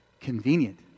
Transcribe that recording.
convenient